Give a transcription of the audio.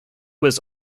was